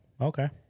Okay